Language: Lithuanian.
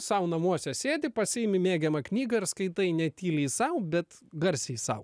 savo namuose sėdi pasiimi mėgiamą knygą ir skaitai ne tyliai sau bet garsiai sau